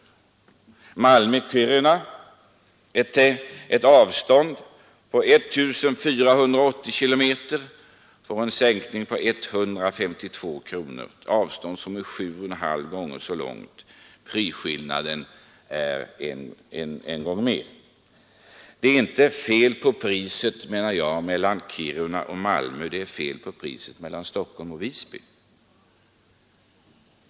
För sträckan Malmö-Kiruna, ett avstånd på 1480 km, blir det en sänkning på 152 kronor. För ett avstånd som är 7,5 gånger så långt som Stockholm-—Visby är priset bara en gång högre. Jag anser inte att det är fel på priset mellan Kiruna och Malmö, utan det är fel på priset mellan Stockholm och Visby.